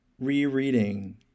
Rereading